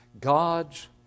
God's